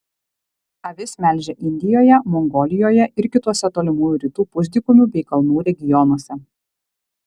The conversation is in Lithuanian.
avis melžia indijoje mongolijoje ir kituose tolimųjų rytų pusdykumių bei kalnų regionuose